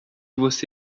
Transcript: você